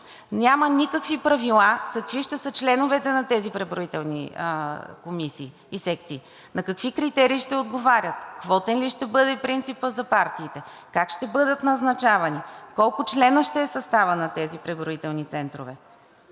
Няма никакви правила какви ще са членовете на тези преброителни комисии и секции; на какви критерии ще отговарят; квотен ли ще бъде принципът за партиите; как ще бъдат назначавани; от колко членове ще е съставът на тези преброителни центрове;